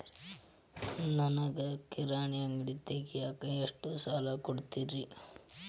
ನನಗ ಕಿರಾಣಿ ಅಂಗಡಿ ತಗಿಯಾಕ್ ಎಷ್ಟ ಸಾಲ ಕೊಡ್ತೇರಿ?